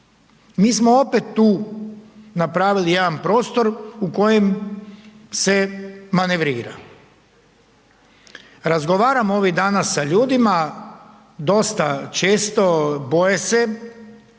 Mi smo opet tu napravili jedan prostor u kojem se manevrira. Razgovaram ovih dana s ljudima dosta često, boje se,